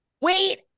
wait